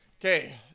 okay